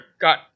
got